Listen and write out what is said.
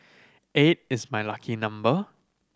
eight is my lucky number